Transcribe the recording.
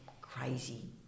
crazy